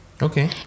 Okay